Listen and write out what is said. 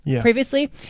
previously